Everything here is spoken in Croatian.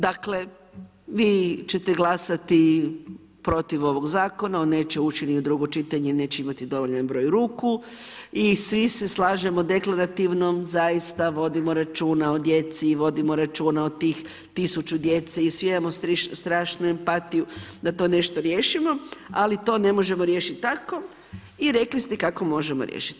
Dakle, vi ćete glasati protiv ovog zakona, on neće ući ni u drugo čitanje, neće imati dovoljan broj ruku i svi se slažemo deklarativno zaista vodimo računa o djeci, vodimo računa o tih 1000 djece i svi imamo strašnu empatiju da to nešto riješimo, ali to ne možemo riješit tako i rekli ste kako možemo riješit.